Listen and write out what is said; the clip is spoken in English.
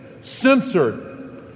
censored